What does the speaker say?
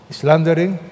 slandering